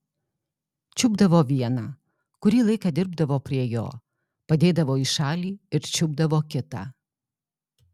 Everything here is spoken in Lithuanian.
čiupdavo vieną kurį laiką dirbdavo prie jo padėdavo į šalį ir čiupdavo kitą